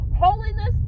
Holiness